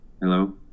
Hello